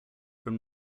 from